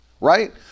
right